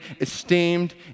esteemed